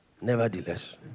Nevertheless